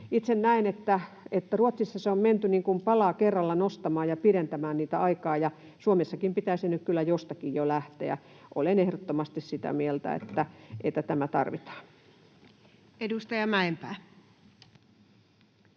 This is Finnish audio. Itse näen, että kun Ruotsissa on menty sitä pala kerrallaan nostamaan ja pidentämään sitä aikaa, niin Suomessakin pitäisi nyt kyllä jostakin jo lähteä. Olen ehdottomasti sitä mieltä, että tämä tarvitaan. [Speech